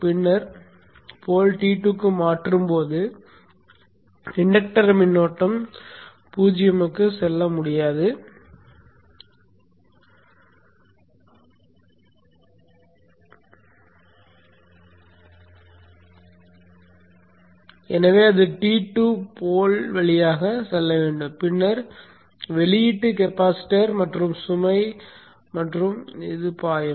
பின்னர் போல்ஐ T2 க்கு மாற்றும் போது இன்டக்டர் மின்னோட்டம் 0 க்கு செல்ல முடியாது எனவே அது T2 போலின் வழியாக செல்ல வேண்டும் பின்னர் வெளியீட்டு கெப்பாசிட்டர் மற்றும் சுமை மற்றும் பாயும்